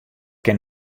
kin